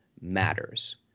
matters